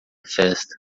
festa